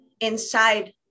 inside